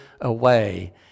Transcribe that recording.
away